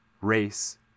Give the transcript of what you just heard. race